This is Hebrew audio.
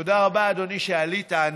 תודה רבה, אדוני, שעלית.